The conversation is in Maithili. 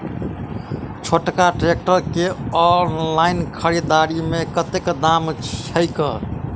छोटका ट्रैक्टर केँ ऑनलाइन खरीददारी मे कतेक दाम छैक?